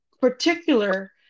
particular